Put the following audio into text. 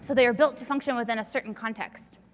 so they are built to function within a certain context.